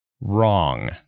wrong